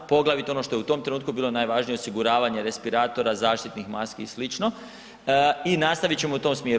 Poglavito ono što je u tom trenutku bilo najvažnije osiguravanje respiratora, zaštitnih maski i sl. i nastavit ćemo u tom smjeru.